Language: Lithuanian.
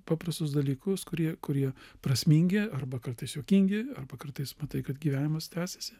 paprastus dalykus kurie kurie prasmingi arba kartais juokingi arba kartais matai kad gyvenimas tęsiasi